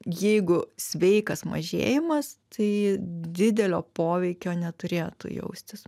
jeigu sveikas mažėjimas tai didelio poveikio neturėtų jaustis